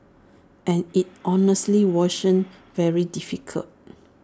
and IT honestly washon very difficult